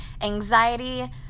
anxiety